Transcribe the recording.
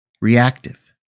reactive